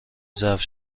ظرف